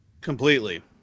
Completely